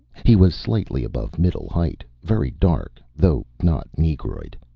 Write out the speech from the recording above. he was slightly above middle height, very dark, though not negroid.